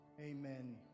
Amen